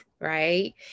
right